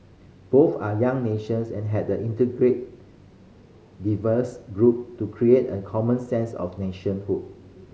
both are young nations and had integrate diverse group to create a common sense of nationhood